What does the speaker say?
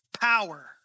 Power